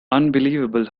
unbelievable